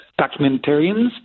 documentarians